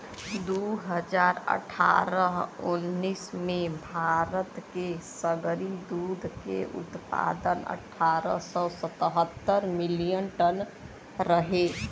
दू हज़ार अठारह उन्नीस में भारत के सगरी दूध के उत्पादन अठारह सौ सतहत्तर मिलियन टन रहे